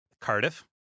Cardiff